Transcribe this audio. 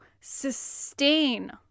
sustain